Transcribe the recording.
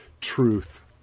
truth